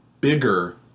bigger